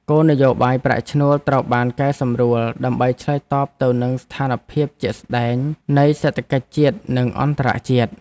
គោលនយោបាយប្រាក់ឈ្នួលត្រូវបានកែសម្រួល ដើម្បីឆ្លើយតបទៅនឹងស្ថានភាពជាក់ស្តែងនៃសេដ្ឋកិច្ចជាតិនិងអន្តរជាតិ។